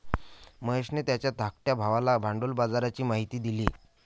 महेशने त्याच्या धाकट्या भावाला भांडवल बाजाराची माहिती दिली